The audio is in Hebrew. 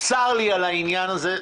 צר לי על העניין הזה.